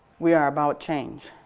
we are about change,